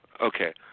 Okay